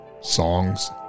songs